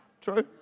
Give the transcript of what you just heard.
True